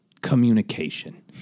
communication